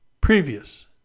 previous